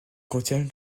contiennent